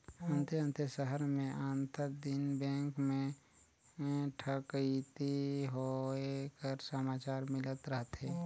अन्ते अन्ते सहर में आंतर दिन बेंक में ठकइती होए कर समाचार मिलत रहथे